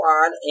on